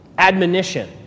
admonition